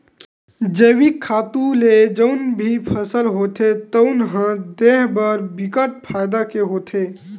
जइविक खातू ले जउन भी फसल होथे तउन ह देहे बर बिकट फायदा के होथे